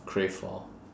crave for